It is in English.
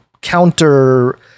counter